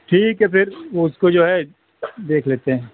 ٹھیک ہے پھر اس کو جو ہے دیکھ لیتے ہیں